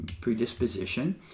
predisposition